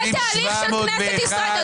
רוויזיה על הסתייגויות 4100-4081, מי בעד?